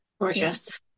gorgeous